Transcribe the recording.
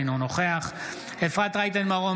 אינו נוכח אפרת רייטן מרום,